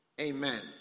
Amen